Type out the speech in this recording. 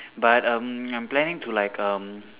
but um I'm planning to like um